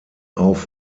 auf